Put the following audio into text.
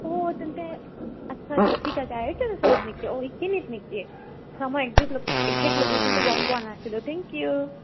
অঁ তেন্তে আচ্ছা আচ্ছা ঠিক আছে এইটো ওচৰত নেকি অঁ এইখিনিত নেকি আচ্ছা মই একজেক্ট একজেক্ট লোকেচনটো গম পোৱা নাছিলোঁ থেংক ইউ